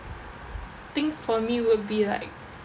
think for me would be like